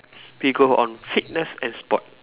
we go on fitness and sport